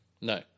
No